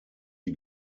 die